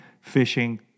fishing